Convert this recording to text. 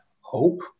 hope